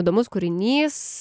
įdomus kūrinys